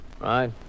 Right